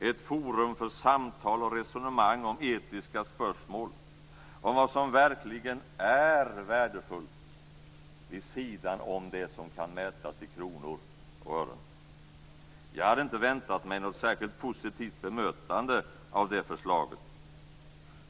Ett forum för samtal och resonemang om etiska spörsmål och om vad som verkligen är värdefullt vid sidan av det som kan mätas i kronor och ören. Jag hade inte väntat mig något särskilt positivt bemötande av förslaget.